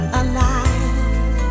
alive